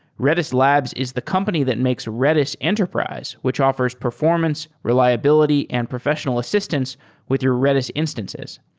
redis labs is the company that makes redis enterprise, which offers performance, reliability and professional assistance with your redis instances.